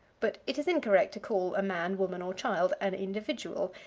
but it is incorrect to call a man, woman or child an individual,